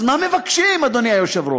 אז מה מבקשים, אדוני היושב-ראש?